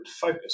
focus